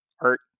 art